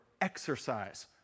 exercise